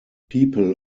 people